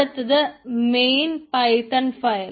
അടുത്തത് main Python file